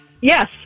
Yes